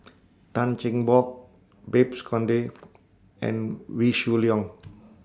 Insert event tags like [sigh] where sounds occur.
[noise] Tan Cheng Bock Babes Conde and Wee Shoo Leong [noise]